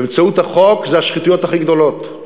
באמצעות החוק, השחיתויות הכי גדולות,